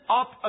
up